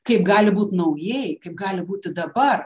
kaip gali būt naujai gali būti dabar